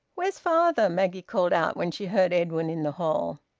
where's father? maggie called out when she heard edwin in the hall.